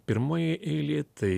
pirmoji eilė tai